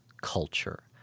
culture